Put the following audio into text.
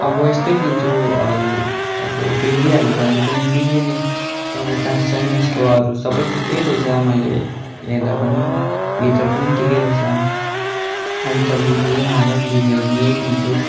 अब यस्तै किन्छु अरू अब बिग्रिहाल्यो भने पनि बिग्रिने त अब चान्स छैन यसको अरू सबै ठिकै रहेछ मैले हेर्दा पनि भित्र पनि ठिकै रहेछ अब त बिग्रिँदैन होला बिग्रियो भने यही किन्छु